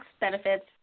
benefits